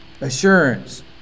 assurance